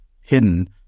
hidden